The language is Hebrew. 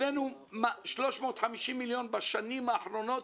הבאנו 350 מיליון שקל בשנים האחרונות